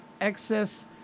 excess